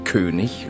König